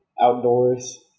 outdoors